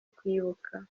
kwibuka